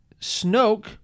Snoke